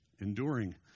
enduring